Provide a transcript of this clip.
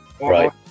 Right